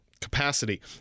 capacity